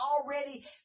already